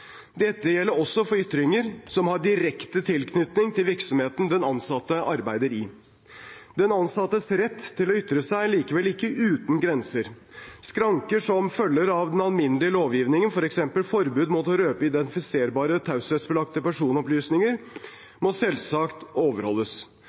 Dette gjelder også for ytringer som har direkte tilknytning til virksomheten den ansatte arbeider i. Den ansattes rett til å ytre seg er likevel ikke uten grenser. Skranker som følger av den alminnelige lovgivningen, f.eks. forbudet mot å røpe identifiserbare, taushetsbelagte personopplysninger,